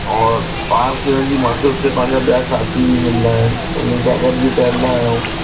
और पार्क में वञी मूंखे हुते पंहिंजा ॿियां साथी बि मिलंदा आहिनि उन्हनि सां गॾ बि टहिलंदा आहियूं